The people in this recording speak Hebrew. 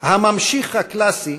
"הממשיך" הקלאסי,